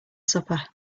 supper